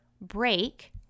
break